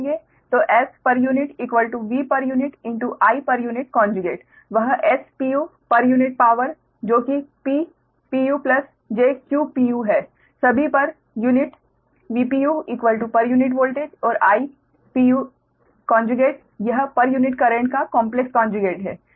तो SPUVPU IPU वह SPU per unit power जो कि Ppu jQpu है सभी per unit VPU per unit voltage और IPU यह पर यूनिट करेंट का कॉम्प्लेक्स कोंजुगेट है